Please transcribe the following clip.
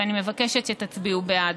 ואני מבקשת שתצביעו בעד.